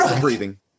breathing